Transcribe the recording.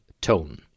tone